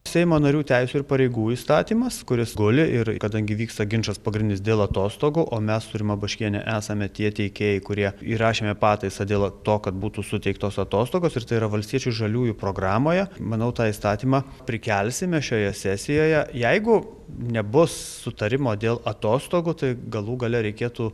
seimo narių teisių ir pareigų įstatymas kuris guli ir kadangi vyksta ginčas pagrindinis dėl atostogų o mes su rima baškiene esame tie teikėjai kurie įrašėme pataisą dėl to kad būtų suteiktos atostogos ir tai yra valstiečių žaliųjų programoje manau tą įstatymą prikelsime šioje sesijoje jeigu nebus sutarimo dėl atostogų tai galų gale reikėtų